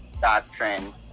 doctrine